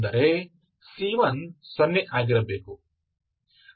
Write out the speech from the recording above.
ಅಂದರೆ c1ಸೊನ್ನೆ ಆಗಿರಬೇಕು